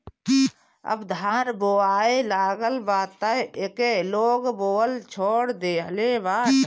अब धान बोआए लागल बा तअ एके लोग बोअल छोड़ देहले बाटे